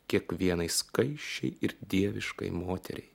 kiekvienai skaisčiai ir dieviškai moteriai